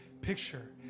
picture